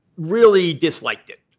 really disliked it.